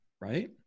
right